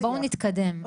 בואו נתקדם,